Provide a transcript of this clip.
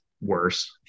worse